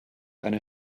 eine